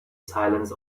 silence